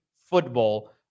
football